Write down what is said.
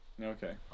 Okay